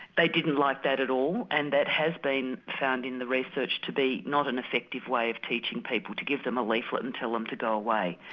they didn't like that at all and that has been found in the research to be not an effective way of teaching people to give them a leaflet and tell them to go away.